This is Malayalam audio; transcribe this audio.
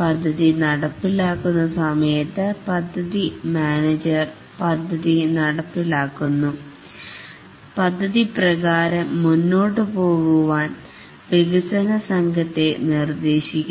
പദ്ധതി നടപ്പിലാക്കുന്ന സമയത്ത് പദ്ധതി മാനേജർ പദ്ധതി നടപ്പിലാക്കുന്നു പദ്ധതിപ്രകാരം മുന്നോട്ടുപോകാൻ വികസന സംഘത്തെ നിർദ്ദേശിക്കുന്നു